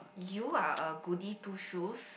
you are a goody two shoes